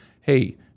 Hey